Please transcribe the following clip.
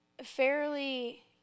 fairly